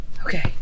Okay